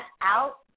out